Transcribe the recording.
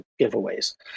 giveaways